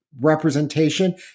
representation